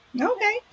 Okay